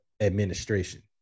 administration